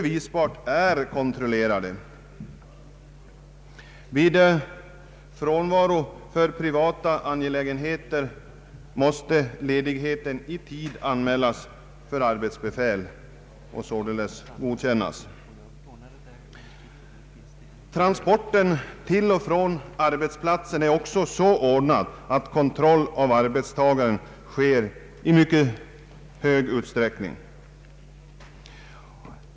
Vid frånvaro för privata angelägenheter måste ledigheten i tid anmälas för arbetsbefäl och således godkännas, ett bevis för att kontroll sker av arbetstagarens arbetstid. Transporten till och från arbetsplatsen är också så ordnad att kontroll av arbetstagaren sker i mycket stor utsträckning.